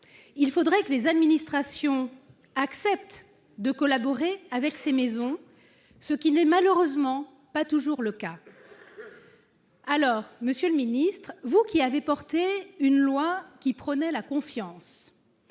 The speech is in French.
il faudrait que les administrations acceptent de collaborer avec ces maisons, ce qui n'est malheureusement pas toujours le cas aujourd'hui. Monsieur le secrétaire d'État, vous qui avez défendu une loi prônant la confiance,